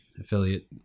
affiliate